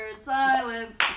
silence